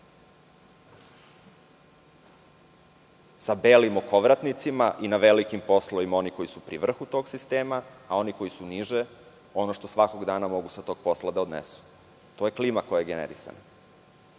Sa belim okovratnicima velikim poslovima oni koji su pri vrhu tog sistema, a oni koji su niže ono što svakog dana može sa tog posla da odnesu. To je klima koja je generisana.